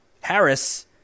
Harris